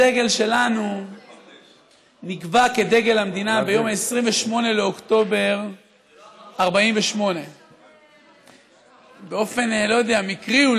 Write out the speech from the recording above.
הדגל שלנו נקבע כדגל המדינה ביום 28 באוקטובר 48'. באופן מקרי,